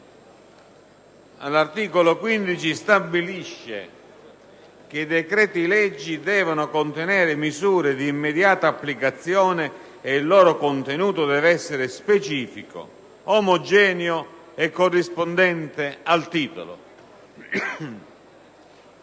all'articolo 15 stabilisce che i decreti-legge devono contenere misure di immediata applicazione e il loro contenuto deve essere specifico, omogeneo e corrispondente al titolo,